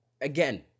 again